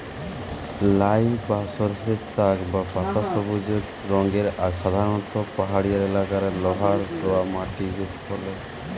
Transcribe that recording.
লাই বা সর্ষের শাক বা পাতা সবুজ রঙের আর সাধারণত পাহাড়িয়া এলাকারে লহা রওয়া মাটিরে ফলে